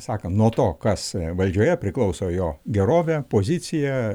sakant nuo to kas valdžioje priklauso jo gerovė pozicija